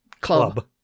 Club